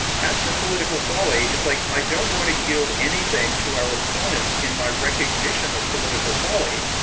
as for political folly, it's like i don't want to yield anything to our opponents in my recognition of political folly,